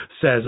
says